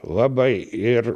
labai ir